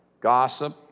gossip